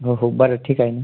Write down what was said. हो हो बरं ठीक आहे ना